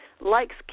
likes